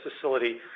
facility